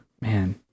man